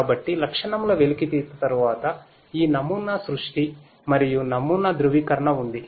కాబట్టి లక్షణముల వెలికితీత తరువాత ఈ నమూనా సృష్టి మరియు నమూనా ధ్రువీకరణ ఉంది